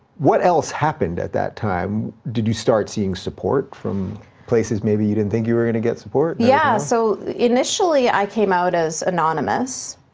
what else happened at that time? did you start seeing support from places maybe you didn't think you were gonna get support? yeah, so initially i came out as anonymous,